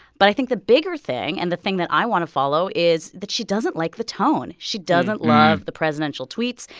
but i think the bigger thing and the thing that i want to follow is that she doesn't like the tone. she doesn't love the presidential tweets.